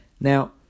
Now